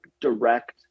direct